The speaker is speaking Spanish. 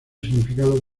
significado